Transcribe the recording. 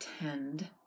attend